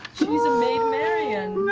she's a maid marion.